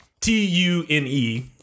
T-U-N-E